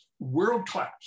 world-class